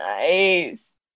Nice